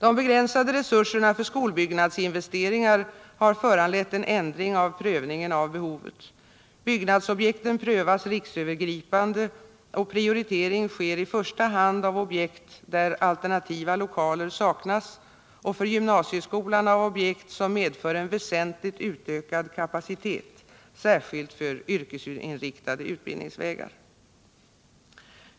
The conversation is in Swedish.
De begränsade resurserna för skolbyggnadsinvesteringar har föranlett en ändring av prövningen av behovet. Byggnadsobjekten prövas riksövergripande, och prioritering sker i första hand av objekt där alternativa lokaler saknas och för gymnasieskolan av objekt som medför en väsentligt utökad kapacitet, särskilt för yrkesinriktade utbildningsvägar.